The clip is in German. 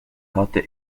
hatte